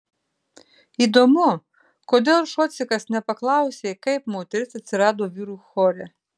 įdomu kodėl šocikas nepaklausė kaip moteris atsirado vyrų chore